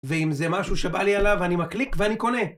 ואם זה משהו שבא לי עליו אני מקליק ואני קונה